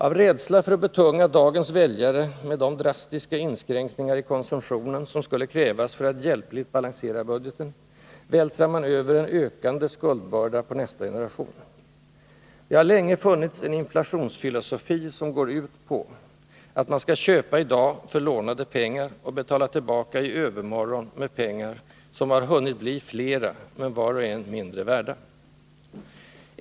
Av rädsla för att betunga dagens väljare med de drastiska inskränkningar i konsumtionen som skulle krävas för att hjälpligt balansera budgeten vältrar man över en ökande skuldbörda på nästa generation. Det har länge funnits en inflationsfilosofi, som går ut på att man skall köpå i dag för lånade pengar och betala tillbaka i övermorgon med pengar som har hunnit bli flera, men var och en av mindre värde.